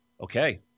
okay